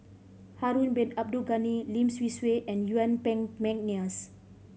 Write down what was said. Harun Bin Abdul Ghani Lim Swee Say and Yuen Peng McNeice